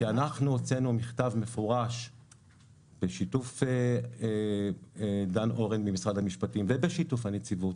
אנחנו הוצאנו מכתב מפורש בשיתוף דן אורן ממשרד המשפטים ובשיתוף הנציבת.